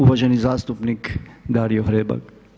Uvaženi zastupnik Dario Hrebak.